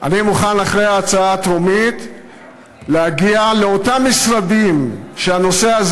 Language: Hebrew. אני מוכן אחרי ההצבעה הטרומית להגיע לאותם משרדים שהנושא הזה